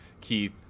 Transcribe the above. Keith